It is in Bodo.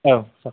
औ सार